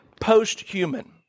post-human